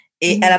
Et